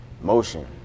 motion